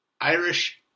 Irish